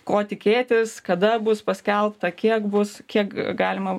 ko tikėtis kada bus paskelbta kiek bus kiek galima